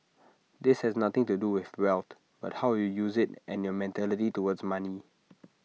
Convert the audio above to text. this has nothing to do with wealth but how you use IT and your mentality towards money